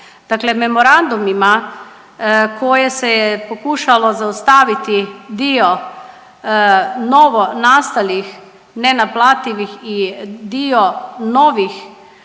memorandumima koje se je pokušalo zaustaviti dio novonastalih nenaplativih i dio novih